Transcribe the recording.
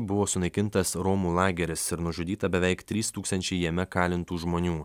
buvo sunaikintas romų lageris ir nužudyta beveik trys tūkstančiai jame kalintų žmonių